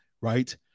Right